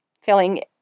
filling